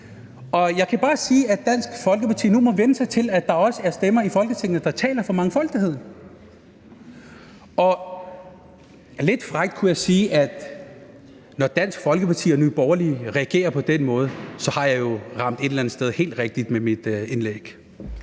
Og jeg kan bare sige, at Dansk Folkeparti nu må vænne sig til, at der også er stemmer i Folketinget, der taler for mangfoldigheden. Lidt frækt kunne jeg sige, at når Dansk Folkeparti og Nye Borgerlige reagerer på den måde, har jeg jo et eller andet sted har ramt helt rigtigt med mit indlæg.